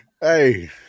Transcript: hey